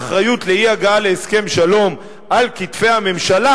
האחריות לאי-הגעה להסכם שלום על כתפי הממשלה,